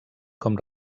com